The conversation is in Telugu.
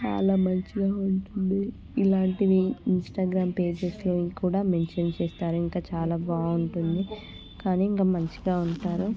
చాలా మంచిగా ఉంటుంది ఇలాంటివి ఇంస్టాగ్రామ్ పేజెస్లో కూడా మెన్షన్ చేస్తారు ఇంకా చాలా బాగుంటుంది కానీ ఇంకా మంచిగా ఉంటారు